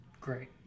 Great